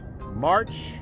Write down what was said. March